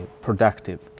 productive